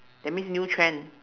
that means new trend